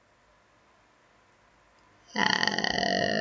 err